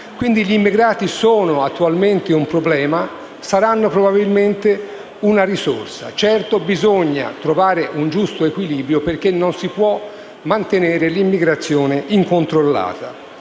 Quindi gli immigrati sono attualmente un problema, ma saranno probabilmente una risorsa. Certo bisogna trovare un giusto equilibrio perché non si può mantenere l'immigrazione incontrollata.